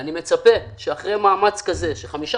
אני מצפה שאחרי מאמץ כזה של חמש תוכניות,